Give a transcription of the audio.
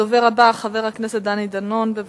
הדובר הבא, חבר הכנסת דני דנון, בבקשה.